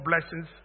blessings